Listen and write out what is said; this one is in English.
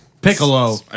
Piccolo